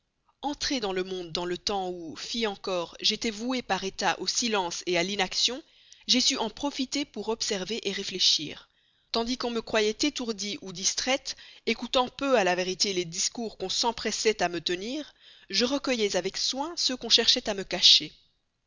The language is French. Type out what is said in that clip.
entrée dans le monde dans le temps où fille encore j'étais vouée par état au silence à l'inaction j'ai su en profiter pour observer réfléchir tandis qu'on me croyait étourdie ou distraite écoutant peu à la vérité les discours qu'on s'empressait de me tenir je recueillais avec soin ceux qu'on cherchait à me cacher